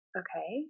okay